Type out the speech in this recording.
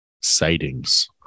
sightings